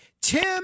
Tim